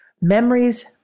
Memories